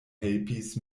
helpis